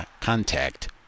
contact